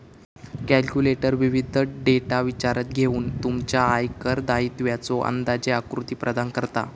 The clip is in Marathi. कॅल्क्युलेटर विविध डेटा विचारात घेऊन तुमच्या आयकर दायित्वाचो अंदाजे आकृती प्रदान करता